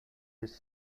his